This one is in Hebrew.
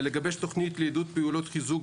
לגבש תוכנית לעידוד פעולות חיזוק,